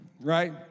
right